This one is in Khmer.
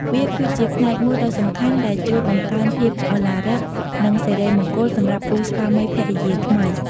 វាគឺជាផ្នែកមួយដ៏សំខាន់ដែលជួយបង្កើនភាពឱឡារិក និងសិរីមង្គលសម្រាប់គូស្វាមីភរិយាថ្មី។